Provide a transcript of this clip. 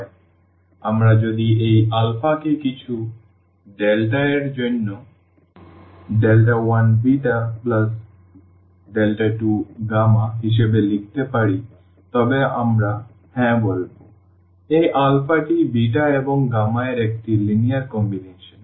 সুতরাং আমরা যদি এই আলফাকে কিছু λs এর জন্য 1β2 হিসাবে লিখতে পারি তবে আমরা হ্যাঁ বলব এই আলফাটি এবং এর একটি লিনিয়ার কম্বিনেশন